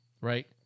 right